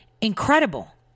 incredible